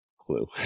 Clue